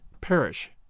perish